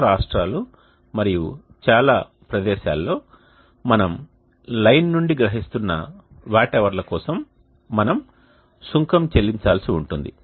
చాలా రాష్ట్రాలు మరియు చాలా ప్రదేశాలలో మనము లైన్ నుండి గ్రహిస్తున్న వాట్ అవర్ల కోసం మనం సుంకం చెల్లించాల్సి ఉంటుంది